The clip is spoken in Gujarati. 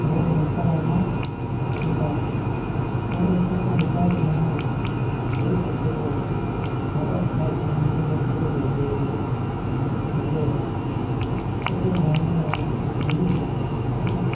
રોડ રસ્તાઓના વિકાસ રોડ રસ્તાઓના વિકાસમાં જોઈ શકીએ કે આપણા સાહેબ શ્રી નીતિન ગડકરીએ જે રીતના હાઇ વે એક એક ગામને જોડ્યું છે તથા